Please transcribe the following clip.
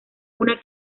una